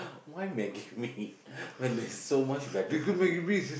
why maggi-mee when there's so much better food to eat